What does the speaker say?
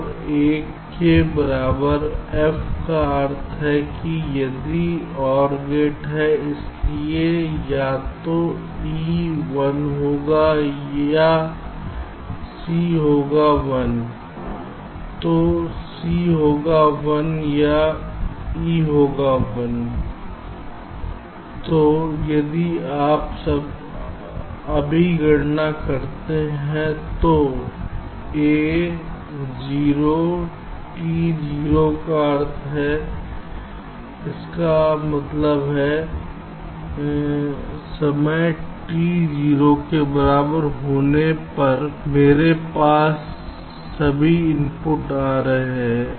और 1 के बराबर f का अर्थ है कि वहां OR गेट है इसलिए या तो e 1 होगा या c होगा 1 तो c होगा 1 या e होगा 1 तो यदि आप अभी गणना करते हैं तो a 0 t 0 का अर्थ है इसका मतलब है समय t 0 के बराबर होने पर होने पर मेरे पास सभी इनपुट आ रहे हैं